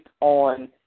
on